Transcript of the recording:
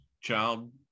child